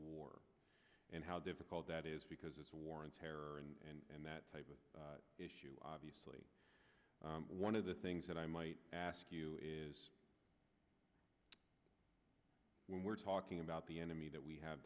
war and how difficult that is because it's a war on terror and that type of issue obviously one of the things that i might ask you is when we're talking about the enemy that we have